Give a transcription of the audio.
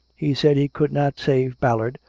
he said he could not save ballard,